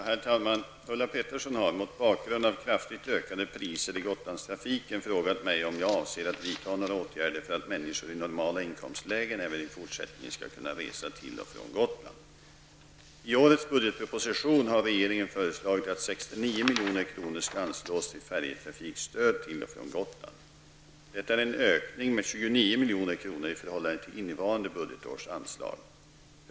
Herr talman! Ulla Pettersson har, mot bakgrund av kraftigt ökade priser i Gotlandstrafiken, frågat mig om jag avser att vidta några åtgärder för att människor i normala inkomstlägen även i fortsättningen skall kunna resa till och från I årets budgetproposition har regeringen föreslagit att 69 milj.kr. skall anslås till färjetrafikstöd till och från Gotland. Detta är en ökning med 29 milj.kr. i förhållande till innevarande budgetårs anslag.